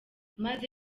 maze